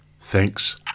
Thanks